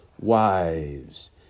wives